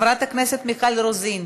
חברת הכנסת מיכל רוזין,